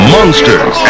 Monsters